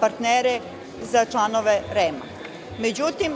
partnere za članove REM.